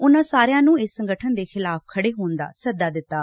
ਉਨੂਾ ਸਾਰਿਆ ਨੂੰ ਇਸ ਸੰਗਠਨ ਦੇ ਖਿਲਾਫ਼ ਖੜੇ ਹੋਣ ਦਾ ਸੱਦਾ ਦਿੱਤੈ